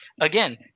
again